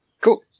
Cool